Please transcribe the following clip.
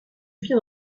viens